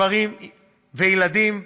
גברים וילדים,